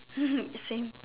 same